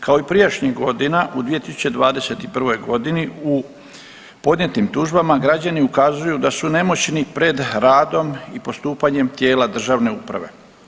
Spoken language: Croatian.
Kao i prijašnjih godina u 2021. godini u podnijetim tužbama građani ukazuju da su nemoćni pred radom i postupanjem tijela državne uprave.